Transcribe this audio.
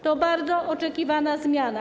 To bardzo oczekiwana zmiana.